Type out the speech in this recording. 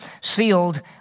sealed